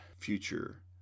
future